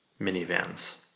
minivans